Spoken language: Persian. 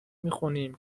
میخوانیم